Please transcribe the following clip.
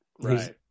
Right